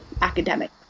academic